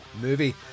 movie